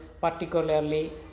particularly